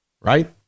Right